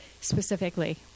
specifically